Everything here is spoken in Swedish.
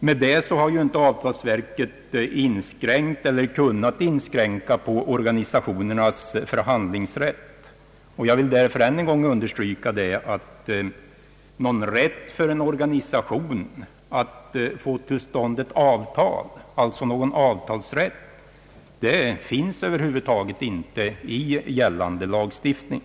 Med detta har ju avtalsverket icke inskränkt eller kunnat inskränka på organisationernas förhandlingsrätt. Jag vill därför än en gång understryka, att någon rätt för en organisation att få till stånd ett avtal — avtalsrätt — över huvud taget inte finns i gällande lagstiftning.